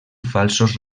falsos